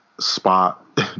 spot